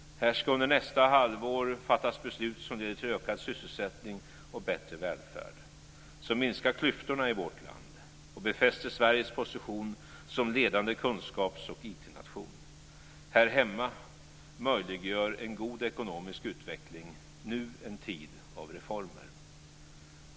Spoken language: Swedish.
Här ska under nästa halvår fattas beslut som leder till ökad sysselsättning och bättre välfärd, som minskar klyftorna i vårt land och befäster Sveriges position som ledande kunskaps och IT-nation. Här hemma möjliggör en god ekonomisk utveckling nu en tid av reformer.